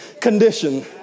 condition